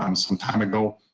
um some time ago.